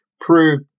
prove